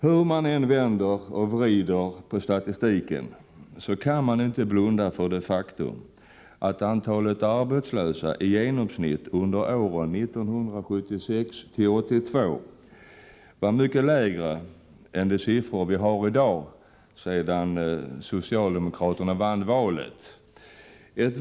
Hur man än vrider och vänder på statistiken kan man inte blunda för det faktum att antalet arbetslösa i genomsnitt under åren 1976-1982 var mycket lägre än det antal som vi har haft sedan socialdemokraterna vann valet.